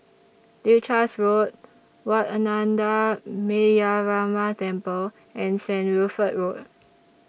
Leuchars Road Wat Ananda Metyarama Temple and Saint Wilfred Road